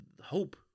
hope